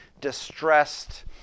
distressed